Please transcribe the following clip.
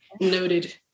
Noted